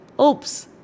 Oops